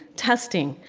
testing,